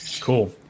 Cool